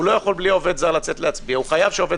לא יכול לצאת להצביע בלי העובד הזר והוא חייב שהעובד